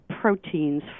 proteins